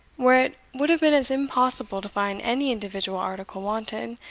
where it would have been as impossible to find any individual article wanted,